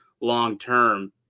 long-term